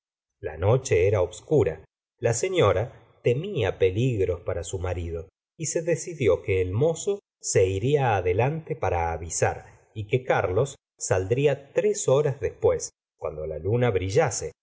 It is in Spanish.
la noche era obscura la señora temía peligros para su marido y se decidió que el mozo se iría delante para avisar y que carlos saldría tres horas después cuando la luna brillase